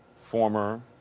former